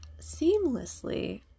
seamlessly